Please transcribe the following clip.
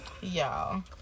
y'all